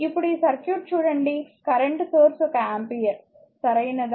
ఇప్పుడు ఈ సర్క్యూట్ చూడండి కరెంట్ సోర్స్ ఒక ఆంపియర్ సరియైనదా